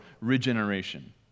regeneration